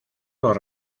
los